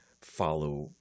follow